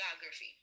Geography